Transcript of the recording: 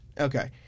Okay